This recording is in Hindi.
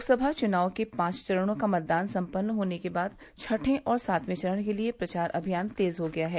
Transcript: लोकसभा चुनाव के पाँच चरणों का मतदान सम्पन्न होने के बाद छठें और सातवें चरण के लिए प्रचार अभियान तेज हो गया है